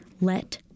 let